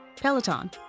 Peloton